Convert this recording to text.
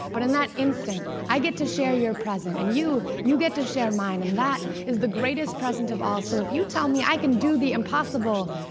but in that instant, i get to share your present and you you get to share mine and that is the greatest present of all. so if you tell me i can do the impossible,